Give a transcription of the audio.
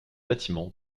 bâtiments